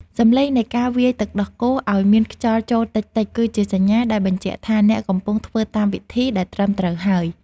សម្លេងនៃការវាយទឹកដោះគោឱ្យមានខ្យល់ចូលតិចៗ គឺជាសញ្ញាដែលបញ្ជាក់ថាអ្នកកំពុងធ្វើតាមវិធីដែលត្រឹមត្រូវហើយ។